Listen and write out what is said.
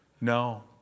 No